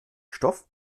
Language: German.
stoff